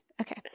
Okay